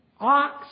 Ox